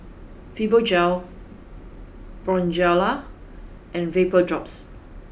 Fibogel Bonjela and VapoDrops